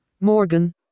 Morgan